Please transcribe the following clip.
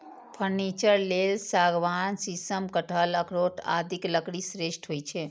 furniture लेल सागवान, शीशम, कटहल, अखरोट आदिक लकड़ी श्रेष्ठ होइ छै